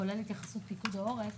כולל התייחסות פיקוד העורף,